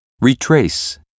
retrace